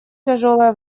тяжелое